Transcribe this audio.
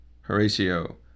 Horatio